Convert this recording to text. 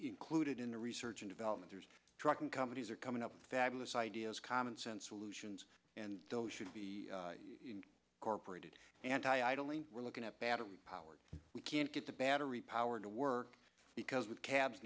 clued in the research and development trucking companies are coming up fabulous ideas commonsense solutions and those should be corporate anti idling we're looking at battery powered we can't get the battery powered to work because with cabs